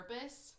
purpose